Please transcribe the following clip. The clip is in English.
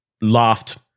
laughed